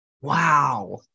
Wow